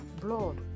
blood